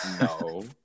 No